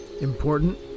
important